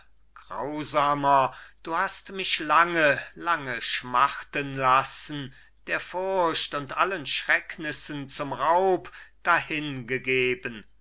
wieder grausamer du hast mich lange lange schmachten lassen der furcht und allen schrecknissen zum raub dahin